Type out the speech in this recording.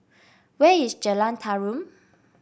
where is Jalan Tarum